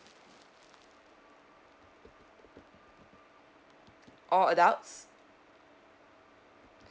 all adults